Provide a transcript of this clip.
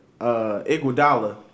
Iguodala